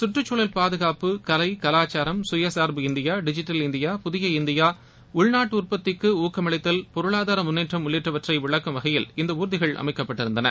கற்றுச்சூழல் பாதுகாப்பு கலை கலாச்சாரம் கயசார்பு இந்தியா டிஜிட்டல் இந்தியா புதிய இந்தியா உள்நாட்டு உற்பத்திக்கு ஊக்கம் அளித்தல் பொருளாதார முன்னேற்றம் உள்ளிட்டவற்றை விளக்கும் வகையில் இந்த ஊர்கிகள் அமைக்கப்பட்டிருந்தன